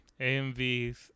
AMVs